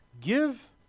Give